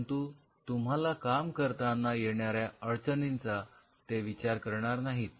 परंतु तुम्हाला काम करताना येणाऱ्या अडचणींचा ते विचार करणार नाहीत